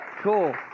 Cool